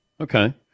Okay